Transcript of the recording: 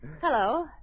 Hello